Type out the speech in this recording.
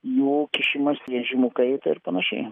jų kišimąsi režimų kaitą ir panašiai